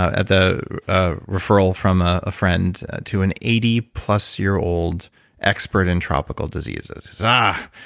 at the ah referral from ah a friend, to an eighty plus year old expert in tropical diseases. and